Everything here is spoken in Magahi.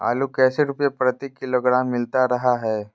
आलू कैसे रुपए प्रति किलोग्राम मिलता रहा है?